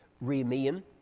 remain